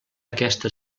aquesta